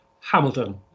Hamilton